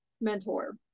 mentor